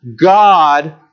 God